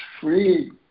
free